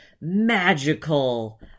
magical